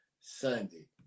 Sunday